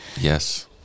yes